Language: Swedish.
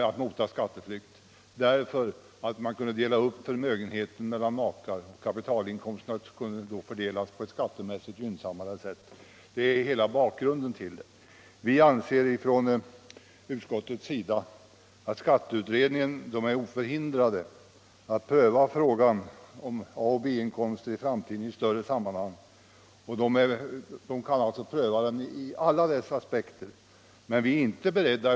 Kapitalinkomsterna kunde nämligen då fördelas mellan makar på ett skattemässigt gynnsammare sätt. Det är bakgrunden till denna uppdelning. Utskottet anser att skatteutredningen är oförhindrad att från olika aspekter pröva frågan om A och B-inkomster i framtiden i ett större sammanhang.